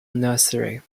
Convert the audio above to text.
nursery